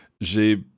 J'ai